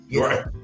Right